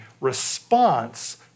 response